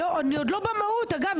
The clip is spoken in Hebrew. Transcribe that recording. אגב,